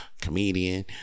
Comedian